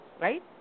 right